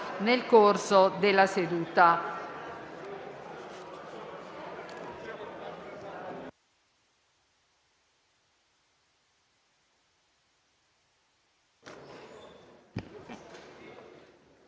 nel corso della seduta.